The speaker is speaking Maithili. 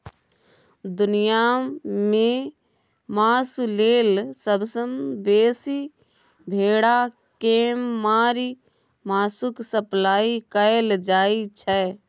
दुनियाँ मे मासु लेल सबसँ बेसी भेड़ा केँ मारि मासुक सप्लाई कएल जाइ छै